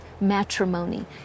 matrimony